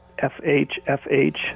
fhfh